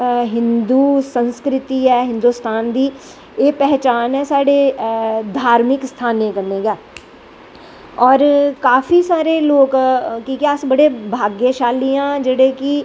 हिन्दू संस्कृति ऐ हिन्दोस्तान दी एह् पैह्चान ऐ साढ़े धार्मिक स्थानें कन्नैं गै और काफी सारे लोग कि के अस बड़े भाग्यशाली आं कि जेहड़े